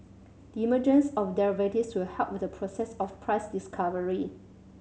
the emergence of derivatives will help with the process of price discovery